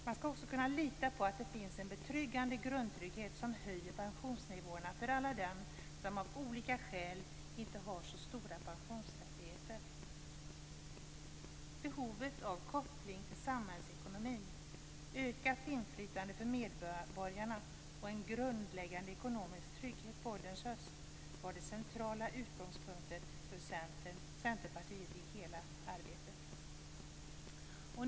Man skall också kunna lita på att det finns en betryggande grundtrygghet som höjer pensionsnivåerna för alla dem som av olika skäl inte har så stora pensionsrättigheter. Behovet av koppling till samhällsekonomin, ökat inflytande för medborgarna och en grundläggande ekonomisk trygghet på ålderns höst var centrala utgångspunkter för Centerpartiet i hela arbetet.